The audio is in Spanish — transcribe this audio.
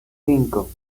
cinco